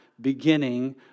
beginning